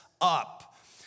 up